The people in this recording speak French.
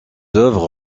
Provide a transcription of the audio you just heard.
œuvres